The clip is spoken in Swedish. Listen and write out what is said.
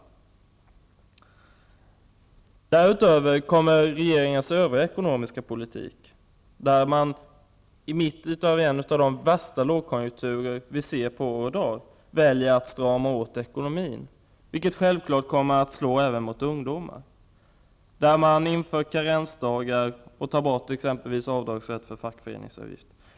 Därtill kommer regeringens ekonomiska politik i övrigt. Mitt under en av de värsta lågkonjunkturerna på år och dag väljer man att strama åt ekonomin. Självfallet kommer det att slå även mot ungdomar. Karensdagar införs, och exempelvis rätten till avdrag för fackföreningsavgifter tas bort.